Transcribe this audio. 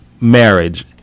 marriage